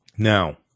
Now